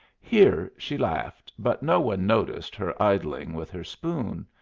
here she laughed, but no one noticed her idling with her spoon.